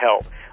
help